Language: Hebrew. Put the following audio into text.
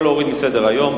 או להוריד מסדר-היום,